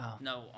No